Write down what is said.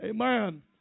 Amen